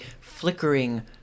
flickering